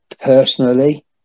personally